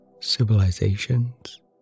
civilizations